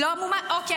אוקיי,